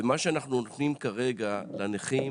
מה שאנחנו נותנים כרגע לנכים